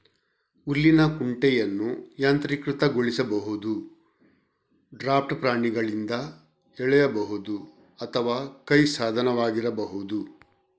ಹುಲ್ಲಿನ ಕುಂಟೆಯನ್ನು ಯಾಂತ್ರೀಕೃತಗೊಳಿಸಬಹುದು, ಡ್ರಾಫ್ಟ್ ಪ್ರಾಣಿಗಳಿಂದ ಎಳೆಯಬಹುದು ಅಥವಾ ಕೈ ಸಾಧನವಾಗಿರಬಹುದು